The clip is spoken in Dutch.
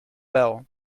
bijl